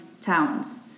towns